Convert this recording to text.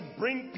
bring